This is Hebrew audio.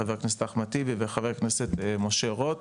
אחמד טיבי וחבר הכנסת משה רוט,